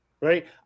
right